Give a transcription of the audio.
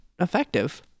effective